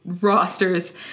rosters